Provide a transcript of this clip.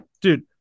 dude